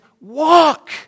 walk